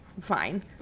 fine